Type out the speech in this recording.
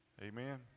Amen